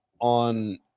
on